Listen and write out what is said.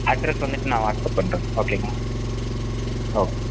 address வந்துட்டு நான் WhatsApp பண்றேன் ஓகேங்களா ஓக்